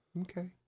Okay